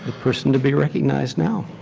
person to be recognized now.